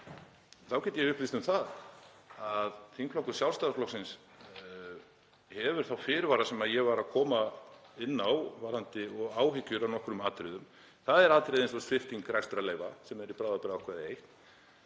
þá get ég upplýst um það að þingflokkur Sjálfstæðisflokksins hefur þá fyrirvara sem ég var að koma inn á og áhyggjur af nokkrum atriðum. Það er atriði eins og svipting rekstrarleyfa sem er í bráðabirgðaákvæði I.